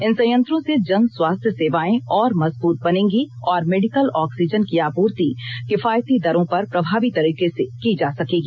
इन संयंत्रों से जन स्वास्थ्य सेवाएं और मजबूत बनेंगी और मेडिकल ऑक्सीजन की आपूर्ति किफायती दरों पर प्रभावी तरीके से की जा सकेगी